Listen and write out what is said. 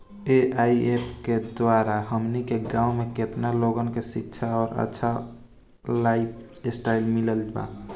AIF के द्वारा हमनी के गांव में केतना लोगन के शिक्षा और अच्छा लाइफस्टाइल मिलल बा